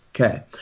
Okay